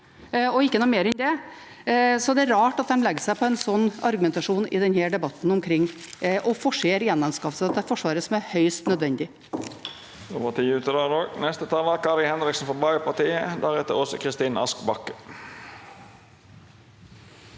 og ikke noe mer enn det, så det er rart at de legger seg på en slik argumentasjon i denne debatten omkring å forsere gjenanskaffelser til Forsvaret som er høyst nødvendige.